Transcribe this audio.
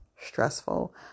Stressful